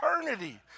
eternity